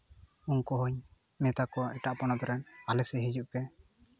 ᱩᱱᱠᱩ ᱦᱚᱹᱧ ᱢᱮᱛᱟ ᱠᱚᱣᱟ ᱮᱴᱟᱜ ᱯᱚᱱᱚᱛ ᱨᱮᱱ ᱟᱞᱮ ᱥᱮᱜ ᱦᱤᱡᱩᱜ ᱯᱮ